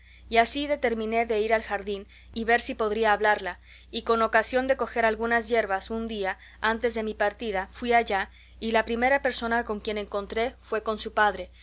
y así determiné de ir al jardín y ver si podría hablarla y con ocasión de coger algunas yerbas un día antes de mi partida fui allá y la primera persona con quién encontré fue con su padre